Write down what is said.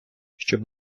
щоб